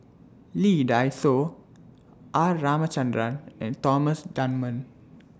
Lee Dai Soh R Ramachandran and Thomas Dunman